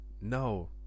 no